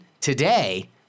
today